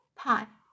pie